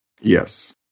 Yes